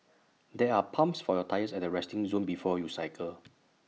there are pumps for your tyres at the resting zone before you cycle